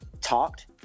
talked